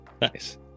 Nice